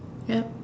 yup